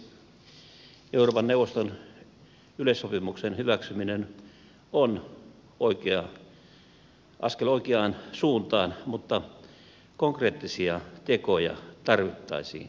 euroopan neuvoston yleissopimuksen hyväksyminen on askel oikeaan suuntaan mutta konkreettisia tekoja tarvittaisiin